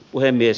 puhemies